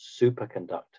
superconductors